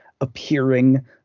appearing